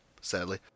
sadly